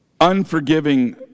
unforgiving